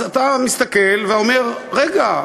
אז אתה מסתכל ואומר: רגע,